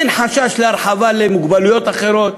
אין חשש להרחבה למוגבלויות אחרות.